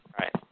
Right